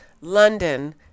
london